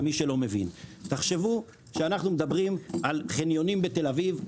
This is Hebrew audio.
למי שלא מבין: תחשבו שאנחנו מדברים על חניונים בתל-אביב.